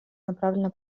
направлена